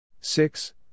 six